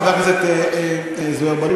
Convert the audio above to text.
חבר הכנסת זוהיר בהלול,